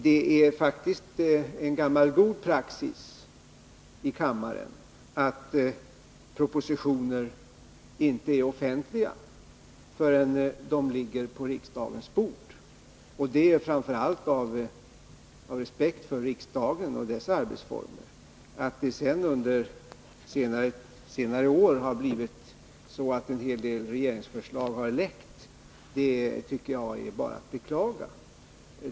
Det är faktiskt en gammal god praxis i kammaren att propositioner inte är offentliga förrän de ligger på riksdagens bord — detta framför allt av respekt för riksdagen och dess arbetsformer. Att sedan en hel del regeringsförslag under senare år har läckt ut tycker jag bara är att beklaga.